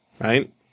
right